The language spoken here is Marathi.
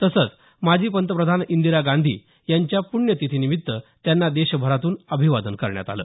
तसंच माजी पंतप्रधान इदिरा गांधी यांच्या प्ण्यतिथीनिमित्ताने त्यांना देशभरातून अभिवादन करण्यात आलं